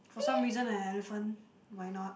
for some reason an elephant why not